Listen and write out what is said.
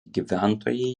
gyventojai